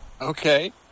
Okay